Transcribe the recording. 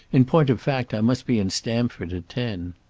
in point of fact i must be in stamford at ten.